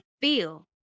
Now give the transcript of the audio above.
feel